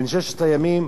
בין ששת הימים